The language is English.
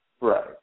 Right